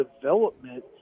development